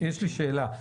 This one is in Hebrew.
שאלה.